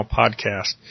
podcast